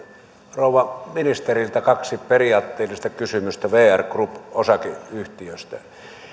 rouva ministeriltä kaksi periaatteellista kysymystä vr group osakeyhtiöstä